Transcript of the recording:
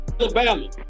Alabama